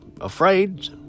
afraid